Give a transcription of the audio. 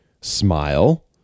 Smile